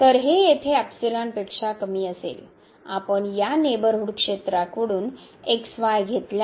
तर हे येथे पेक्षा कमी असेल आपण या नेबरहूड क्षेत्राकडून x y घेतल्यास